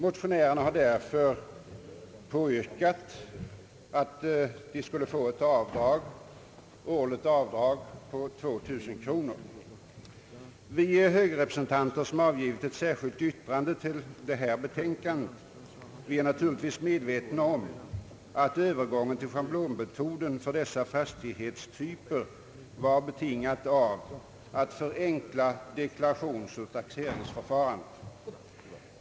Motionärerna har därför yrkat att ett årligt avdrag på högst 2 000 kronor skulle medges. Vi högerrepresentanter, som avgivit ett särskilt yttrande till detta betänkande, är naturligtvis medvetna om att övergången till schablonmetoden för dessa fastighetstyper var betingad av önskemålet att förenkla deklarationsoch taxeringsförfarandet.